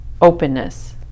openness